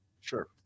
Sure